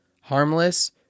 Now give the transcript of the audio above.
Harmless